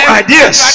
ideas